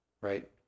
right